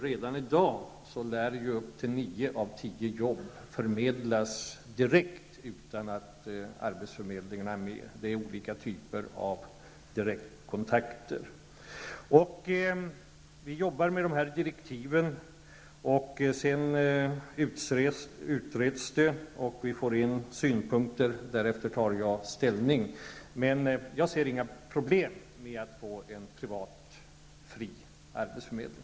Redan i dag lär upp till nio av tio arbeten förmedlas direkt utan att arbetsförmedlingarna medverkar. Det är alltså fråga om olika typer av direktkontakter. Vi arbetar nu med direktiven till den utredning som skall göras. Sedan vi fått in synpunkter på den skall jag ta ställning i frågan. Men jag ser inga problem i att få en fri privat arbetsförmedling.